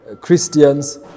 Christians